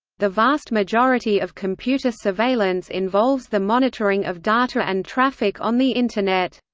the vast majority of computer surveillance involves the monitoring of data and traffic on the internet.